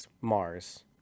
Mars